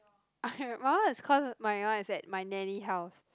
my one is cause my one is at my nanny house